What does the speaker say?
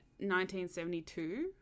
1972